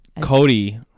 Cody